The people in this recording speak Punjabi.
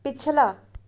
ਪਿਛਲਾ